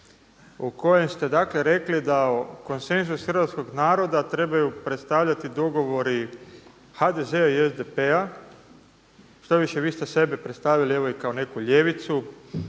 u kojem ste dakle rekli da konsenzus hrvatskog naroda trebaju predstavljati dogovori HDZ-a i SDP-a. Štoviše vi ste sebe predstavili evo i kao neku ljevicu.